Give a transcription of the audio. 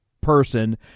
person